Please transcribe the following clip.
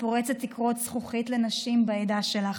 ופורצת תקרות זכוכית לנשים בעדה שלך.